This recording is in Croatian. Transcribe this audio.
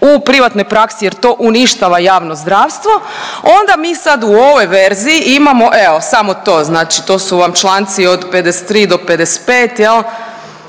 u privatnoj praksi jer to uništava javno zdravstvo, onda mi sad u ovoj verziji imamo evo samo to, znači to su vam članci od 53 do 55 jel,